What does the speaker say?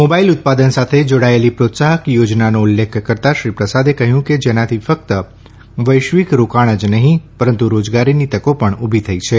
mobile ઉત્પાદન સાથે જોડાયેલી પ્રોત્સાહક યોજનાનો ઉલ્લેખ કરતાં શ્રી પ્રસાદે કહયું કે જેનાથી ફકત વૈશ્વિક રોકાણ જ નહી પરંતુ રોજગારીની તકો પણ ઉલી થઇ છે